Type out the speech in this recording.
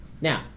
now